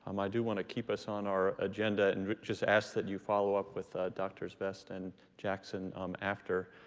um i do want to keep us on our agenda and just ask that you follow up with doctors vest and jackson after